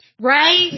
Right